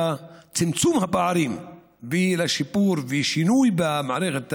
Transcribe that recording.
לצמצום הפערים ולשיפור ושינוי במערכת הבריאות,